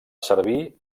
servir